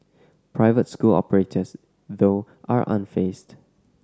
private school operators though are unfazed